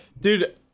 dude